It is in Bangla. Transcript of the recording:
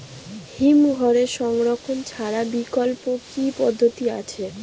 হিমঘরে সংরক্ষণ ছাড়া বিকল্প কি পদ্ধতি আছে?